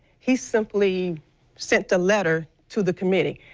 he simply sent a letter to the committee.